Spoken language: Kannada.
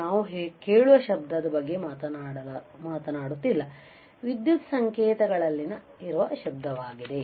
ನಾವು ಕೇಳುವ ಶಬ್ದದ ಬಗ್ಗೆ ಮಾತನಾಡುತ್ತಿಲ್ಲ ವಿದ್ಯುತ್ ಸಂಕೇತಗಳಲ್ಲಿ ಇರುವ ಶಬ್ದ ವಾಗಿದೆ